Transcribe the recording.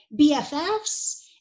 BFFs